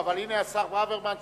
אבל הנה השר ברוורמן,